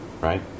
right